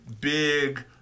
big